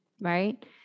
right